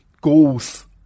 goals